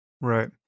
right